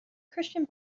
christian